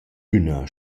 üna